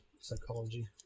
psychology